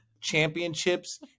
championships